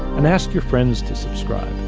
and ask your friends to subscribe.